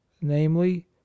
namely